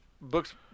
book's